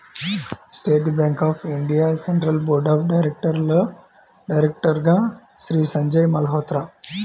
state Bank of India central board of డైరెక్టర్స్లో డైరెక్టర్గా శ్రీ సంజయ్ మల్హోత్రా